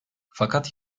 fakat